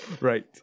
Right